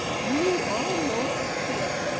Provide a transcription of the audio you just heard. you are not fit,